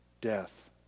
death